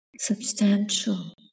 substantial